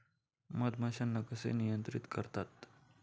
मधमाश्यांना कसे नियंत्रित करतात?